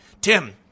Tim